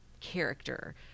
character